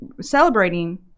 celebrating